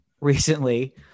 recently